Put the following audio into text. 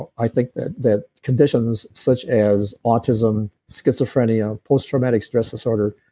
i think that that conditions such as autism, schizophrenia, post-traumatic stress disorder,